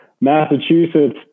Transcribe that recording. Massachusetts